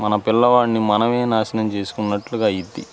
మన పిల్లవాడిని మనం నాశనం చేసుకున్నట్లుగా అయ్యిద్ది